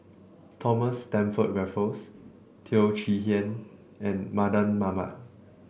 Thomas Stamford Raffles Teo Chee Hean and Mardan Mamat